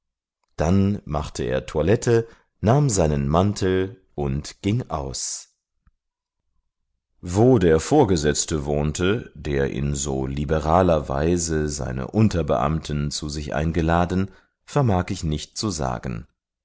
dann machte er toilette nahm seinen mantel und ging aus wo der vorgesetzte wohnte der in so liberaler weise seine unterbeamten zu sich eingeladen vermag ich nicht zu sagen